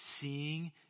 seeing